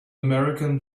american